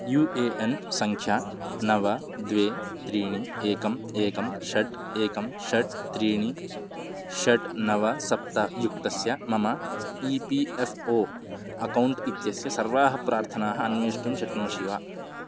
you A N सङ्ख्या नव द्वे त्रीणि एकम् एकं षट् एकं षट् त्रीणि षट् नव सप्त युक्तस्य मम E P F O account इत्यस्य सर्वाः प्रार्थनाः अन्वेष्टुं शक्नोषि वा